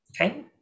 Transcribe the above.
Okay